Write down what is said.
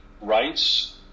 rights